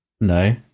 No